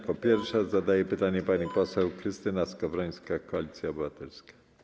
Jako pierwsza zadaje pytanie pani poseł Krystyna Skowrońska, Koalicja Obywatelska.